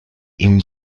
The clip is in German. ihm